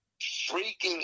freaking